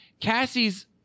Cassie's